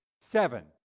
seven